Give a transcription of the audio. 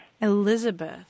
Elizabeth